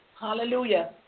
Hallelujah